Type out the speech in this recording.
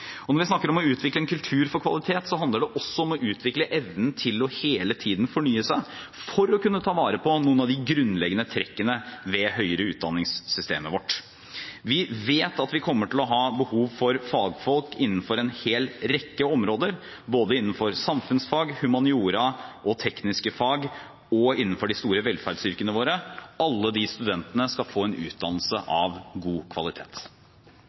Og når vi snakker om å utvikle en kultur for kvalitet, handler det også om å utvikle evnen til hele tiden å fornye seg for å kunne ta vare på noen av de grunnleggende trekkene ved det høyere utdanningssystemet vårt. Vi vet at vi kommer til å ha behov for fagfolk innenfor en hel rekke områder, både innenfor samfunnsfag, humaniora og tekniske fag og innenfor de store velferdsyrkene våre. Alle disse studentene skal få en utdannelse av god kvalitet.